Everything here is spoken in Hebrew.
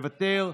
מוותר,